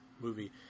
movie